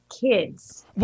kids